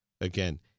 again